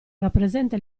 rappresenta